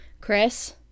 Chris